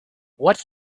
what